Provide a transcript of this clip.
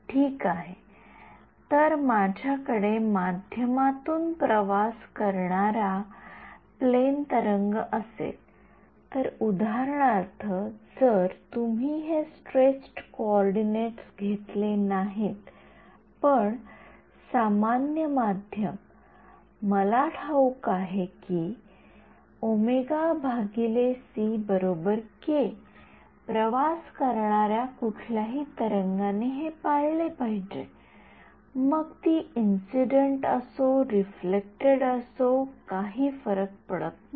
ठीक आहे जर माझ्याकडे माध्यमातून प्रवास करणारा प्लेन तरंग असेल तर उदाहरणार्थ जर तुम्ही हे स्ट्रेच्ड कॉर्डिनेट्स घेतले नाहीत पण सामान्य माध्यम मला ठाऊक आहे की प्रवास करणाऱ्या कुठल्याही तरंगाने हे पाळले पाहिजे मग ती इंसिडेंट असो रिफ्लेक्टेड असो काही फरक पडत नाही